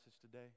today